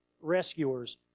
rescuers